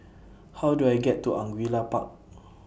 How Do I get to Angullia Park